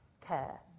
care